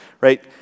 right